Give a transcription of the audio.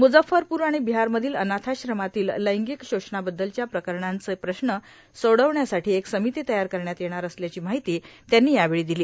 मुजप्फरपूर आणि बिहारमधील अनाथाश्रमातील लैंगिक शोषणाबद्दलच्या प्रकरणांचे प्रश्न सोडवण्यासाठी एक समिती तयार करण्यात येणार असल्याची माहिती त्यांनी यावेळी दिली